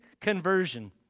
conversion